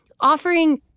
offering